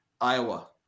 Iowa